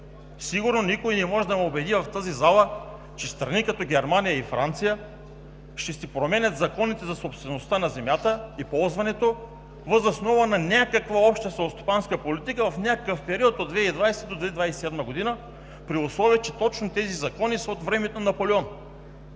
Сигурно никой в тази зала не може да ме убеди, че страни като Германия и Франция ще си променят законите за собствеността на земята и ползването въз основа на някаква Обща селскостопанска политика в някакъв период от 2020 г. до 2027 г., при условие че точно тези закони са от времето на Наполеон.